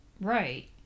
Right